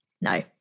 no